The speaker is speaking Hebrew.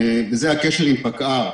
וזה הקשר עם פקע"ר.